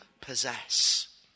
possess